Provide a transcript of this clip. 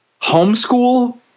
homeschool